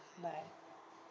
bye